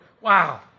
Wow